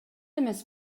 эмес